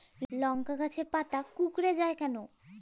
লংকা গাছের পাতা কুকড়ে যায় কেনো?